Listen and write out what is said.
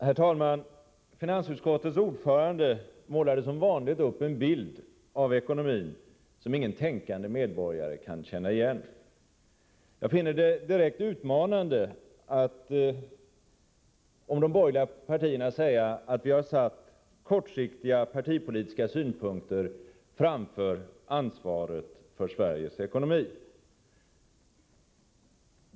Herr talman! Finansutskottets ordförande målade som vanligt upp en bild av ekonomin som ingen tänkande medborgare kan känna igen. Jag finner det direkt utmanande att om de borgerliga partierna säga att vi har satt kortsiktiga partipolitiska synpunkter framför ansvaret för Sveriges ekonomi.